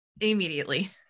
Immediately